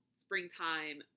springtime